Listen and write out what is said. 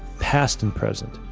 past and present,